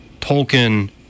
Tolkien